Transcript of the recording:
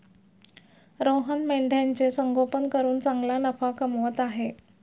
रोहन मेंढ्यांचे संगोपन करून चांगला नफा कमवत आहे